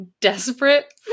desperate